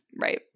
Right